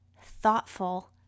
thoughtful